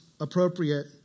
appropriate